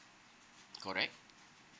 correct